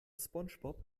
spongebob